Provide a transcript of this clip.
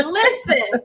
listen